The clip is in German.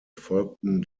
folgten